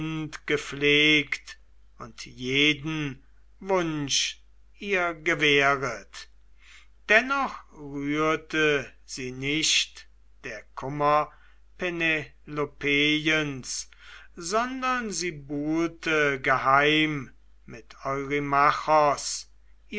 gepflegt und jeden wunsch ihr gewähret dennoch rührte sie nicht der kummer penelopeiens sondern sie buhlte geheim mit